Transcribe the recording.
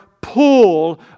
pull